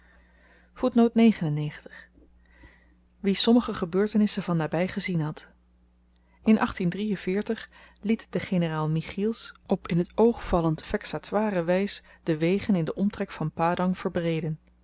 wie sommige gebeurtenissen van naby gesien had in liet de generaal michiels op in t oog vallend vexatoire wys de wegen in den omtrek van padang verbreeden